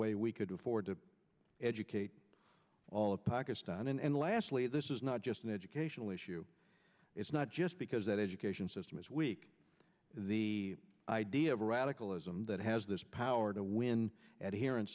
way we could afford to educate all of pakistan and lastly this is not just an educational issue it's not just because that education system is weak the idea of radicalism that has this power to win and here i